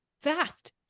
fast